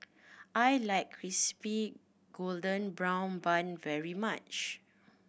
I like Crispy Golden Brown Bun very much